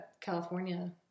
California